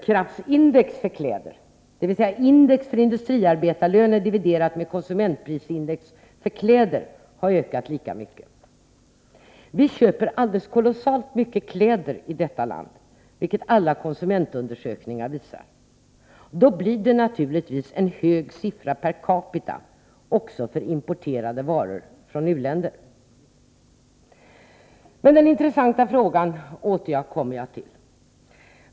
Köpkraftsindex för kläder, dvs. index för industriarbetarlöner dividerat med konsumentprisindex för kläder har ökat lika mycket. Vi köper alldeles kolossalt mycket kläder i detta land, vilket alla konsumentundersök Nr 66 ningar visar. Då blir det naturligtvis en hög siffra per capita också för Tisdagen den importerade varor från u-länder. 24 januari 1984 Men den intressanta frågan återkommer jag till.